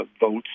votes